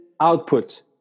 output